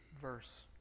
verse